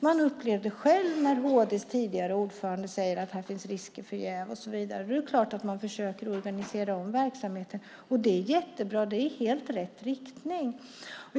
Man upplevde det själv när HD:s tidigare ordförande sade att det finns risk för jäv och så vidare. Då är det klart att man försöker organisera om verksamheten. Det är jättebra. Det är i helt rätt riktning.